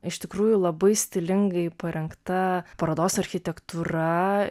iš tikrųjų labai stilingai parengta parodos architektūra